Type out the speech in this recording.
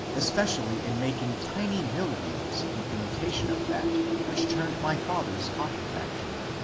especially in making tiny mill-wheels in imitation of that which turned my father's cotton-factory.